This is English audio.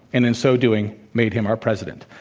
and in so doing, made him our president.